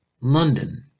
London